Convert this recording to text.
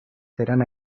serán